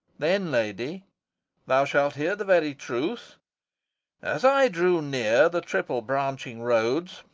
then, lady thou shalt hear the very truth as i drew near the triple-branching roads,